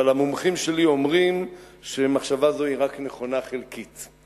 אבל המומחים שלי אומרים שמחשבה זו היא נכונה רק חלקית.